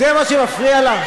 זה מה שמפריע לך?